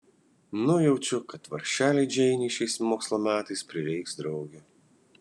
nujaučiu kad vargšelei džeinei šiais mokslo metais prireiks draugių